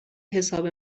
حساب